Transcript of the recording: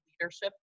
leadership